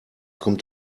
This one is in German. kommt